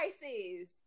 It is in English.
prices